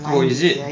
oh is it